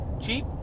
cheap